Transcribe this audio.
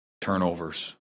turnovers